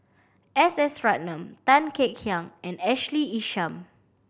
S S Ratnam Tan Kek Hiang and Ashley Isham